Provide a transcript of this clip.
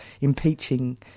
impeaching